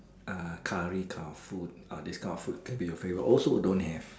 uh curry this kind of food or this kind of food can be your favorite also don't have